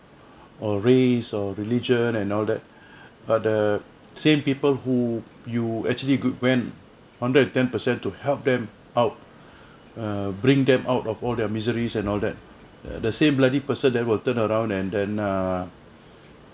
or race or religion and all that uh the same people who you actually good went hundred ten percent to help them out err bring them out of all their miseries and all that the same bloody person that will turn around and and uh